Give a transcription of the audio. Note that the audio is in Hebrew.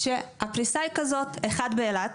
הפריסה היא כזאת: אחד באילת,